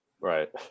Right